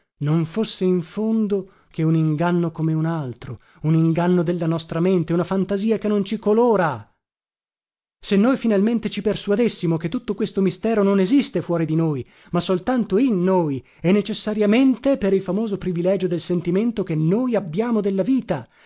non fosse in fondo che un inganno come un altro un inganno della nostra mente una fantasia che non si colora se noi finalmente ci persuadessimo che tutto questo mistero non esiste fuori di noi ma soltanto in noi e necessariamente per il famoso privilegio del sentimento che noi abbiamo della vita